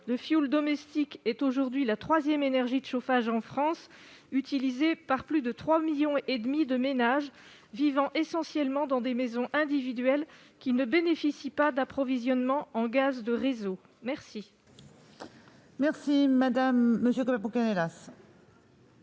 Le fioul domestique est aujourd'hui la troisième énergie de chauffage en France, utilisée par plus de 3,5 millions de ménages, vivant essentiellement dans des maisons individuelles qui ne bénéficient pas d'approvisionnement en gaz de réseau. La parole est à M. Vincent Capo-Canellas,